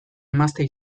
emaztea